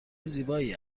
زیبایی